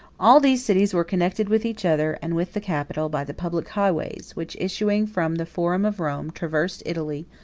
all these cities were connected with each other, and with the capital, by the public highways, which, issuing from the forum of rome, traversed italy,